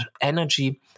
energy